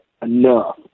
Enough